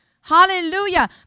hallelujah